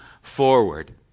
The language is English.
forward